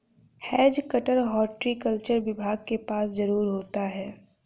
has cutter horticulture विभाग के पास जरूर होता है